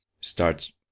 start